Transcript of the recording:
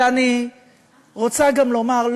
ואני רוצה גם לומר,